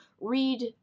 read